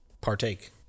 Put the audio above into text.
partake